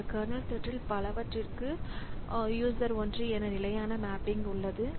ஒரு கர்னல் த்ரெட்ல் பலவற்றிற்கு யூசர் ஒன்று என நிலையான மேப்பிங் உள்ளது